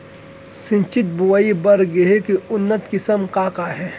सिंचित बोआई बर गेहूँ के उन्नत किसिम का का हे??